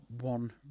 One